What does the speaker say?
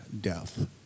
death